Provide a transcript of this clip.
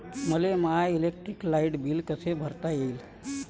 मले माय electric light bill कस भरता येईल?